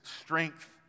strength